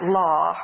law